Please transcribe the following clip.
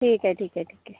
ठीक आहे ठीक आहे ठीक आहे